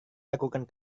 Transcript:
lakukan